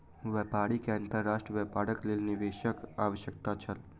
व्यापारी के अंतर्राष्ट्रीय व्यापारक लेल निवेशकक आवश्यकता छल